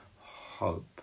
hope